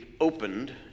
opened